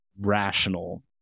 rational